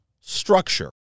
Structure